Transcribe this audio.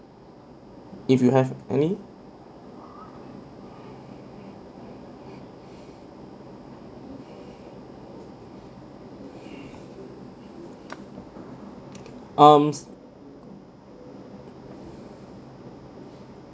if you have any um